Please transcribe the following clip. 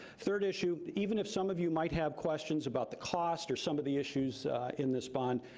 third issue, even if some of you might have questions about the cost or some of the issues in this bond,